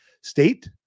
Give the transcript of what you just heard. state